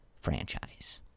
franchise